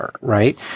Right